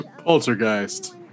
Poltergeist